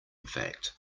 fact